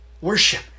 Worship